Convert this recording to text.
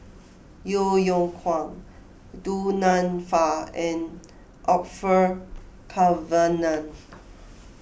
Yeo Yeow Kwang Du Nanfa and Orfeur Cavenagh